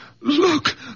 Look